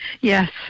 Yes